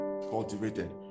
cultivated